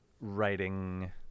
writing